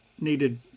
needed